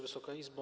Wysoka Izbo!